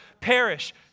perish